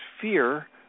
fear